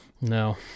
No